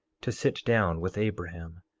to sit down with abraham,